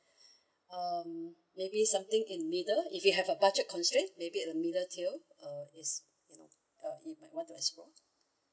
um maybe something in middle if you have a budget constraint maybe at the middle tier uh yes you may want to explore